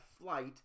flight